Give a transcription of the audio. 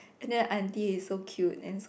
and then aunty is so cute and so